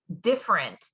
different